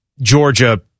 Georgia